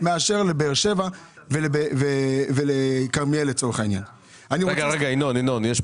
כשאני מסתכל על הטבלה של הזכאים לבגרות אני רואה מקומות,